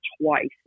twice